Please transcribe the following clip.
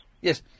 Yes